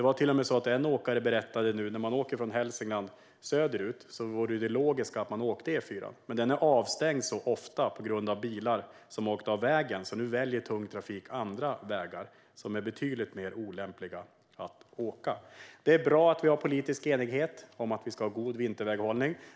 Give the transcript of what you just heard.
När man ska åka söderut från Hälsingland vore det logiska att välja E4:an, men den är avstängd så ofta på grund av bilar som åkt av vägen. Därför väljer tung trafik andra vägar som är betydligt mer olämpliga att åka på. Det är bra att vi har politisk enighet om att vi ska ha god vinterväghållning.